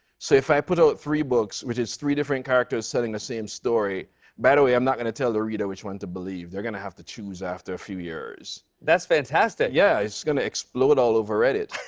so, if i put out three books, which is three different characters telling the same story but way, i'm not going to tell the reader which one to believe. they're gonna have to choose after a few years. that's fantastic. yeah, it's gonna explode all over reddit.